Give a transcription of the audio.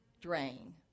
drain